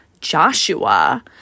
Joshua